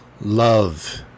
love